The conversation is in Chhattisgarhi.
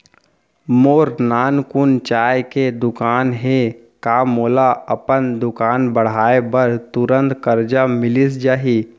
मोर नानकुन चाय के दुकान हे का मोला अपन दुकान बढ़ाये बर तुरंत करजा मिलिस जाही?